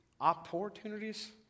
Opportunities